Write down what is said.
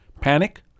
panic